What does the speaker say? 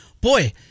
boy